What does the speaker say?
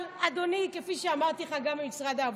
אבל אדוני, כפי שאמרתי לך, גם במשרד העבודה,